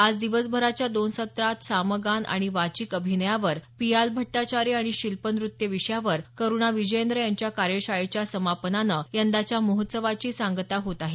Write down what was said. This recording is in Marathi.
आज दिवसभराच्या दोन सत्रात सामगान आणि वाचिक अभिनयावर पियाल भट्टाचार्य आणि शिल्पनृत्य विषयावर करुणा विजयेंद्र यांच्या कार्यशाळेच्या समापनानं यंदाच्या महोत्सवाची आज सांगता होत आहे